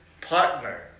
partner